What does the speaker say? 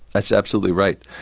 that's absolutely right.